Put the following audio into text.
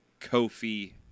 Kofi